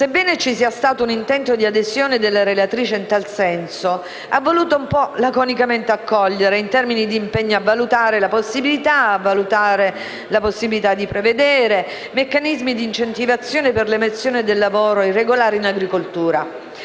sebbene ci sia stato un intento di adesione della relatrice in tal senso, ha voluto un po' laconicamente accogliere in termini di impegno a valutare la possibilità di prevedere meccanismi di incentivazione per l'emersione del lavoro irregolare in agricoltura.